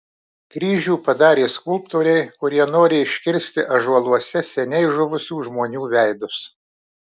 kryžių padarė skulptoriai kurie nori iškirsti ąžuoluose seniai žuvusių žmonių veidus